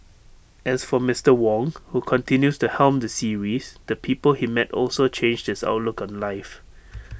as for Mister Wong who continues to helm the series the people he met also changed his outlook on life